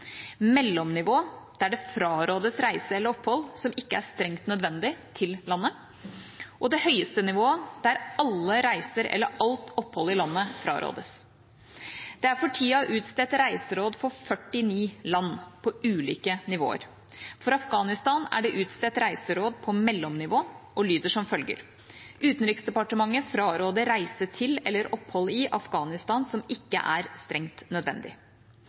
som ikke er strengt nødvendig, og det høyeste nivået, der alle reiser til eller alt opphold i landet frarådes. Det er for tida utstedt reiseråd for 49 land på ulike nivåer. For Afghanistan er det utstedt reiseråd på mellomnivå og lyder som følger: «Utenriksdepartementet fraråder reise til eller opphold i Afghanistan som ikke er strengt nødvendig.»